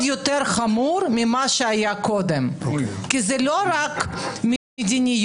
יותר חמור מכפי שהיה קודם כי זאת לא רק מדיניות,